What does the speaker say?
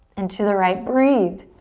and to the right. breathe.